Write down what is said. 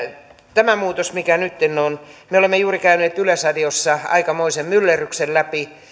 tämä muutos mikä nytten on me olemme juuri käyneet yleisradiossa aikamoisen myllerryksen läpi